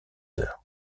heures